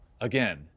Again